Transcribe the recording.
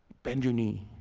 bend your knee,